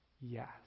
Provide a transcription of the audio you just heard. Yes